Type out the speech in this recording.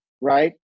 Right